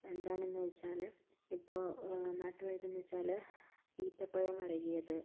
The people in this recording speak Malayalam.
എന്താണെന്ന് വച്ചാൽ ഇപ്പോൾ നാട്ടുവൈദ്യം എന്ന് വച്ചാൽ ഈന്തപ്പഴം വെരകിയത്